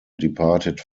departed